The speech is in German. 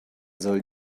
soll